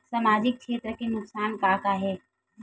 सामाजिक क्षेत्र के नुकसान का का हे?